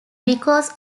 because